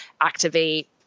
activate